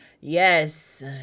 Yes